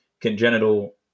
congenital